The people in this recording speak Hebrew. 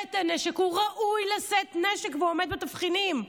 את הנשק ראוי לשאת נשק ועומד בתבחינים.